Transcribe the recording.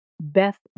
beth